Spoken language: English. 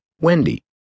Wendy